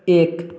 एक